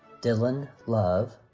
dylan love,